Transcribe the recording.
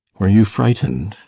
were you frightened?